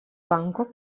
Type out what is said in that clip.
banko